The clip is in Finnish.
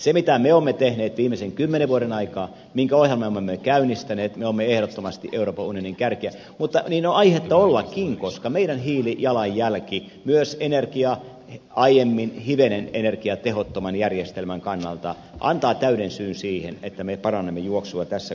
siinä mitä me olemme tehneet viimeisten kymmenen vuoden aikaan minkä ohjelman me olemme käynnistäneet me olemme ehdottomasti euroopan unionin kärkeä mutta niin on aihetta ollakin koska meidän hiilijalanjälkemme myös aiemmin hivenen energiatehottoman järjestelmän kannalta antaa täyden syyn siihen että me parannamme juoksua tässä kohtaa